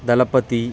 దళపతి